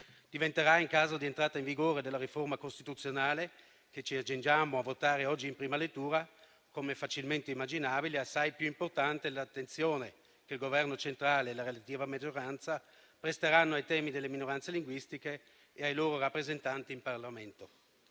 linguistiche. In caso di entrata in vigore della riforma costituzionale che ci accingiamo a votare oggi in prima lettura, come facilmente immaginabile, diventerà assai più importante l'attenzione che il Governo centrale e la relativa maggioranza presteranno ai temi delle minoranze linguistiche e ai loro rappresentanti in Parlamento.